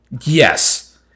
Yes